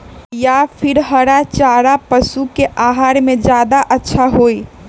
या फिर हरा चारा पशु के आहार में ज्यादा अच्छा होई?